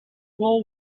pool